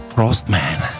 Frostman